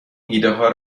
ایدهها